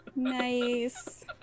nice